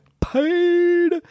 paid